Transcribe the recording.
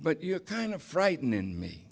but you're kind of frightening me